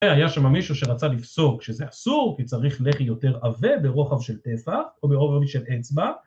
היה שם מישהו שרצה לפסוק, שזה אסור, כי צריך ללכת יותר עבה ברוחב של פסע או ברוחב של אצבע